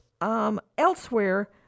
elsewhere